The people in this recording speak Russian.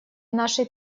нашей